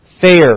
Fair